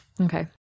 okay